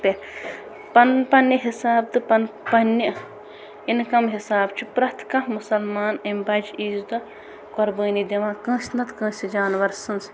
پٮ۪ٹھ پن پننٕۍ حِساب تہٕ پن پننٕۍ اِنکم حِساب چھِ پریٚتھ کانٛہہ مُسلمان اَمہِ بجہِ عیٖز دۄہ قۄربٲنی دِوان کٲنٛسہِ نتہٕ کٲنٛسہِ جانور سٕنٛز